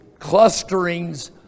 clusterings